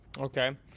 okay